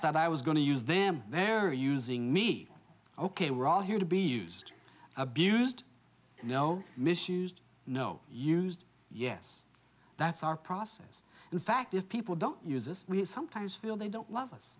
thought i was going to use them they're using me ok we're all here to be used abused you know misused no used yes that's our process in fact if people don't use it we sometimes feel they don't love us